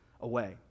away